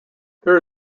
there